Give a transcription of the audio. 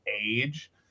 age